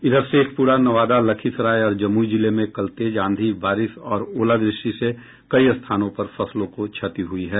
इधर शेखपुरा नवादा लखीसराय और जमुई जिले में कल तेज आंधी बारिश और ओलावृष्टि से कई स्थानों पर फसलों को क्षति हुई है